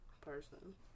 person